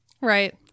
right